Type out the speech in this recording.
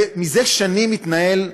וכבר שנים מתנהל,